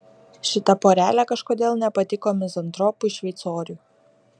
šita porelė kažkodėl nepatiko mizantropui šveicoriui